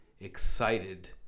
excited